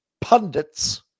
pundits